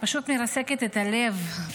פשוט מרסקת את הלב.